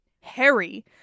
Harry